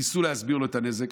ניסו להסביר לו את הנזק.